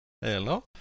Hello